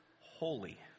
holy